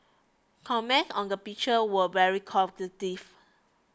comments on the picture were very positive